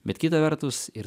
bet kita vertus ir